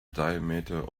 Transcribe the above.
diameter